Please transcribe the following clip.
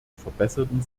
verbesserten